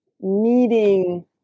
needing